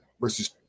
versus